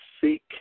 seek